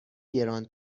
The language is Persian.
گران